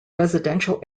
residential